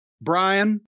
Brian